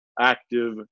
active